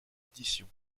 édition